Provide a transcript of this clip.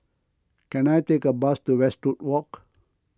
can I take a bus to Westwood Walk